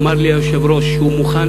אמר לי היושב-ראש שהוא מוכן,